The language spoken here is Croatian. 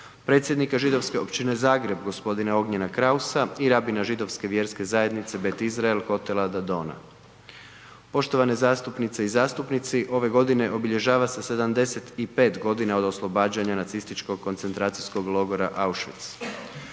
predsjednika Židovske općine Zagreb gospodina Ognjena Krausa i rabina Židovske vjerske zajednice Bet Israel Kotela Da-Dona. Poštovane zastupnice i zastupnici ove godine obilježava se 75 godina od oslobađanja Nacističkog koncentracijskog logora Auschwitz.